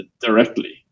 directly